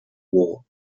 war